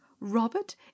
Robert